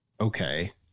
Okay